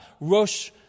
Rosh